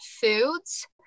foods